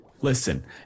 listen